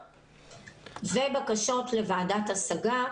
בקשות לוועדת השגה.